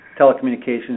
telecommunications